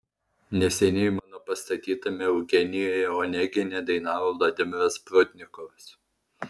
neseniai mano pastatytame eugenijuje onegine dainavo vladimiras prudnikovas